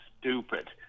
stupid